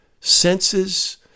senses